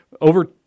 over